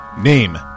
name